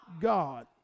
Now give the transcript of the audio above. God